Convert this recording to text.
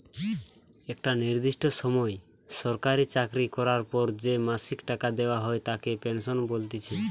একটা নির্দিষ্ট সময় সরকারি চাকরি করার পর যে মাসিক টাকা দেওয়া হয় তাকে পেনশন বলতিছে